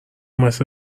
مثل